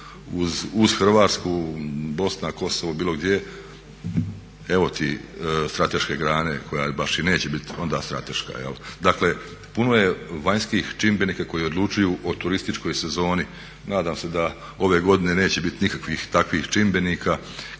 uz Hrvatsku, Bosna, Kosovo bilo gdje evo ti strateške grane koja baš i neće biti onda strateška jel' Dakle, puno je vanjskih čimbenika koji odlučuju o turističkoj sezoni. Nadam se da ove godine neće biti nikakvih takvih čimbenika